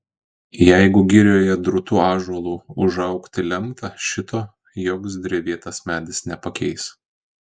jeigu girioje drūtu ąžuolu užaugti lemta šito joks drevėtas medis nepakeis